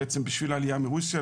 בעצם בשביל העלייה מרוסיה,